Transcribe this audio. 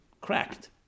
cracked